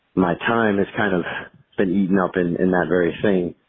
my time has kind of been eaten up in in that very thing.